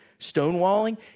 stonewalling